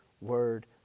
Word